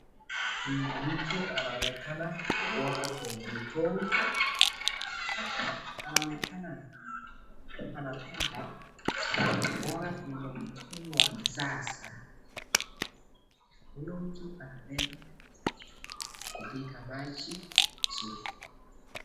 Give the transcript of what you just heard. Huyu mtu anaonekana kuoga kwenye mtoni. Anaonekana anapenda kuoga kwenye mtoni wa kisasa . Huyu mtu anapenda kupiga maji vizuri.